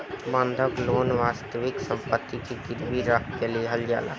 बंधक लोन वास्तविक सम्पति के गिरवी रख के लिहल जाला